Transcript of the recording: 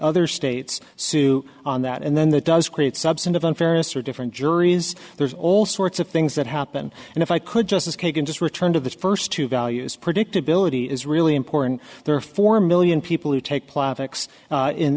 other states sue on that and then that does create substantive unfairness or different juries there's all sorts of things that happen and if i could just as kagan just returned of the first two values predictability is really important there are four million people who take pla